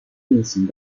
运行